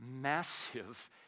massive